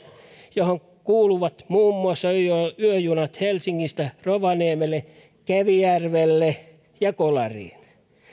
johon kuuluvat muun muassa yöjunat helsingistä rovaniemelle kemijärvelle ja kolariin